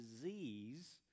disease